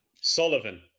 Sullivan